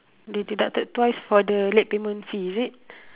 they deducted twice for the late payment fee is it